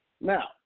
Now